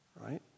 right